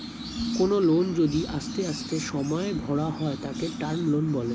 কোনো লোন যদি আস্তে আস্তে সময়ে ভরা হয় তাকে টার্ম লোন বলে